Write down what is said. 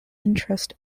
interest